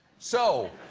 so,